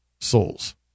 souls